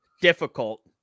difficult